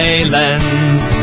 Islands